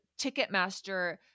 Ticketmaster